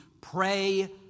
pray